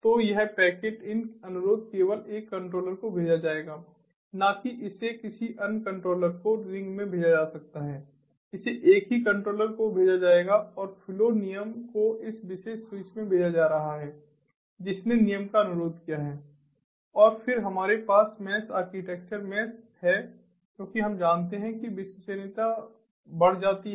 तो यह 'packet in' अनुरोध केवल एक कंट्रोलर को भेजा जाएगा न कि इसे किसी अन्य कंट्रोलर को रिंग में भेजा जा सकता है इसे एक ही कंट्रोलर को भेजा जाएगा और फ्लो नियम को इस विशेष स्विच में भेजा जा रहा है जिसने नियम का अनुरोध किया है और फिर हमारे पास मेश आर्किटेक्चर मेश है क्योंकि हम जानते हैं कि विश्वसनीयता बढ़ जाती है